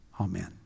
Amen